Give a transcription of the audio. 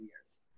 years